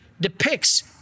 depicts